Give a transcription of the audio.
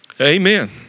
Amen